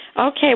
Okay